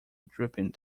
dripping